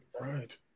right